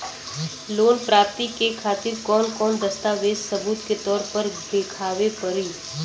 Loan प्राप्ति के खातिर कौन कौन दस्तावेज सबूत के तौर पर देखावे परी?